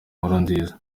nkurunziza